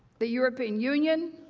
the european union,